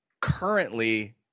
currently